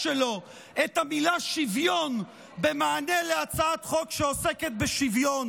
שלו את המילה שוויון במענה להצעת חוק שעוסקת בשוויון.